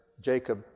Jacob